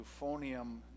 euphonium